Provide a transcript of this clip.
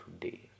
today